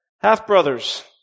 half-brothers